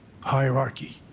hierarchy